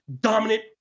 dominant